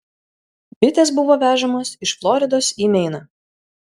bitės buvo vežamos iš floridos į meiną